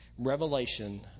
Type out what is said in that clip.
revelation